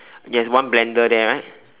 he has one blender there right